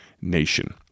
nation